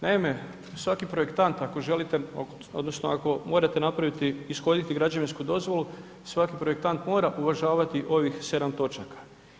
Naime, svaki projektant ako želite odnosno ako morate napraviti, ishoditi građevinsku dozvolu svaki projektant mora uvažavati ovih 7 točaka.